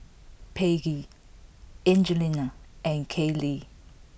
Paige Angelina and Kayley